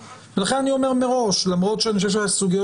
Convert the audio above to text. לכן אני אומר מראש למרות שאני חושב שהסוגיות